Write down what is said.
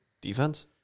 defense